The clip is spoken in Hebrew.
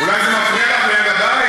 אולי זה מפריע לך ליד הבית,